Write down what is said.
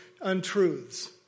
untruths